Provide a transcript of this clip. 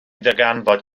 ddarganfod